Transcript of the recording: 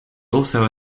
also